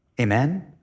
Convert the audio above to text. Amen